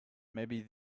maybe